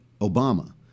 Obama